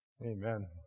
Amen